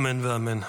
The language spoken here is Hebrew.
אמן ואמן.